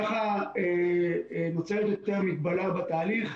ככה נוצרת יותר מגבלה בתהליך.